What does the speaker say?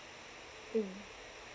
mm